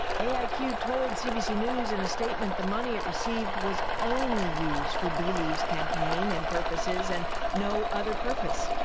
a i q. told cbc news in a statement that the money it received was only used for beleave's campaign and purposes and no other purpose.